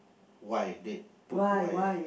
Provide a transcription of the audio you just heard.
why they put why ah